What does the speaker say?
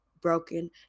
broken